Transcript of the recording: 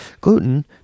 gluten